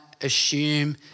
assume